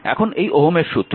এখন এই ওহমের সূত্র